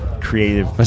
creative